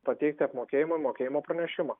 pateikti apmokėjimui mokėjimo pranešimą